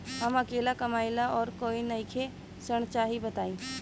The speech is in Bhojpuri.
हम अकेले कमाई ला और कोई नइखे ऋण चाही बताई?